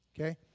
Okay